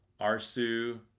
Arsu